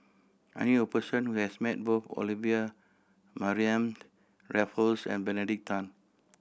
I knew a person who has met both Olivia Mariamne Raffles and Benedict Tan